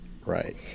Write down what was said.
right